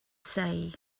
say